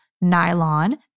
Nylon